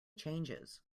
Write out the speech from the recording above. changes